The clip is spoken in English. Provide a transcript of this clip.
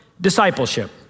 discipleship